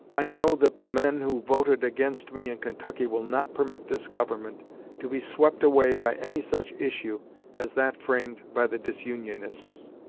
i know that the men who voted against me in kentucky will not permit this government to be swept away by any such issue as that framed by the disunionists.